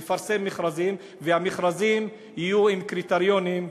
לפרסם מכרזים, והמכרזים יהיו עם קריטריונים,